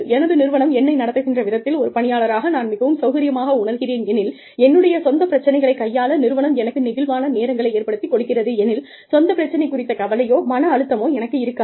எனது நிறுவனம் என்னை நடத்துகின்ற விதத்தில் ஒரு பணியாளராக நான் மிகவும் சௌகரியமாக உணர்கிறேன் எனில் என்னுடைய சொந்த பிரச்சினைகளைக் கையாள நிறுவனம் எனக்கு நெகிழ்வான நேரங்களை ஏற்படுத்திக் கொடுக்கிறது எனில் சொந்த பிரச்சனை குறித்த கவலையோ மன அழுத்தமோ எனக்கு இருக்காது